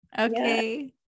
Okay